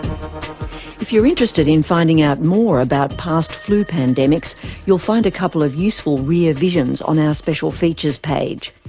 if you're interested in finding out more about past flu pandemics you'll find a couple of useful rear visions on our special features page.